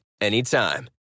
anytime